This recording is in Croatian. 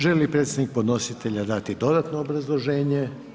Želi li predstavnik podnositelja dati dodatno obrazloženje?